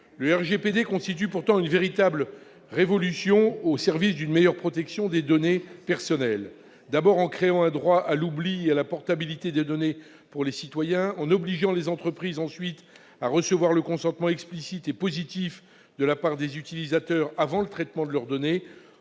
Le RGPD constitue pourtant une véritable révolution au service d'une meilleure protection des données personnelles : il crée un « droit à l'oubli » et à la portabilité des données pour les citoyens, il oblige les entreprises à recevoir le consentement « explicite » et « positif » des utilisateurs avant le traitement de leurs données,